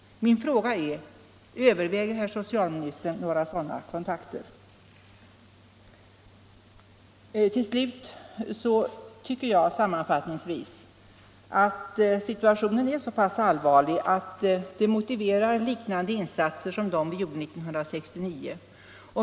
Min fråga är: Överväger herr socialministern några sådana kontakter? Sammanfattningsvis vill jag säga att jag tycker situationen är så allvarlig att den motiverar liknande insatser som vi gjorde 1969.